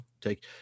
take